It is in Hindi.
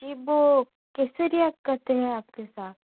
कि वो कैसे रियाक करते हैं आपके साथ